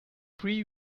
three